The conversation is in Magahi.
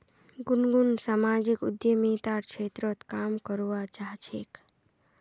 गुनगुन सामाजिक उद्यमितार क्षेत्रत काम करवा चाह छेक